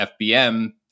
FBM